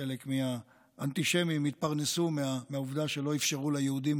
חלק מהאנטישמים התפרנסו מהעובדה שלא אפשרו ליהודים